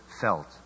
felt